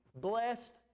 Blessed